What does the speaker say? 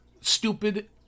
stupid